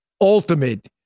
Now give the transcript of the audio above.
ultimate